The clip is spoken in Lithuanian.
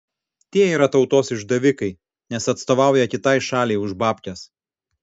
tie yra tautos išdavikai nes atstovauja kitai šaliai už babkes